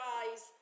eyes